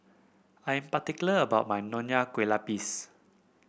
I am particular about my Nonya Kueh Lapis